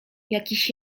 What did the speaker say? jakiś